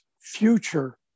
future